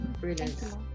Brilliant